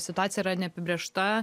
situacija yra neapibrėžta